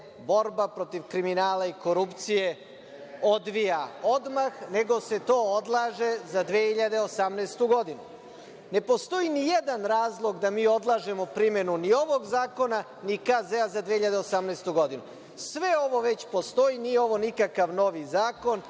borba protiv kriminala i korupcije odvija odmah, nego se to odlaže za 2018. godinu. Ne postoji nijedan razlog da mi odlažemo primenu ni ovog zakona, ni KZ za 2018. godinu. Sve ovo već postoji. Nije ovo nikakav novi zakon.